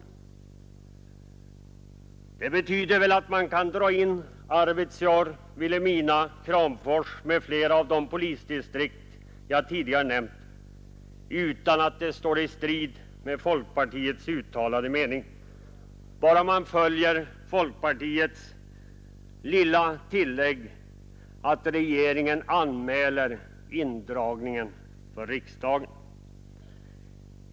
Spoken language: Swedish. Det betyder väl att man kan dra in polisdistrikten i Arvidsjaur, Vilhelmina, Kramfors och andra orter som jag tidigare har nämnt utan att det står i strid med folkpartiets uttalade mening, bara man följer folkpartiets lilla tillägg att regeringen anmäler indragningen för riksdagen?